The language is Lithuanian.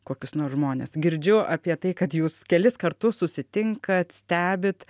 kokius nors žmones girdžiu apie tai kad jūs kelis kartus susitinkat stebit